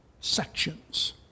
sections